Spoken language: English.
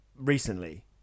recently